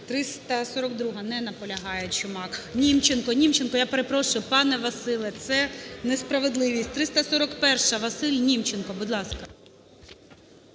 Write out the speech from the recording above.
342-а. Не наполягає Чумак. Німченко. Німченко, я перепрошую, пане Василю, це несправедливість. 341-а, Василь Німченко, будь ласка.